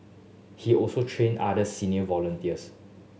he also train other senior volunteers